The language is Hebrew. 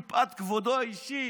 מפאת כבודו האישי,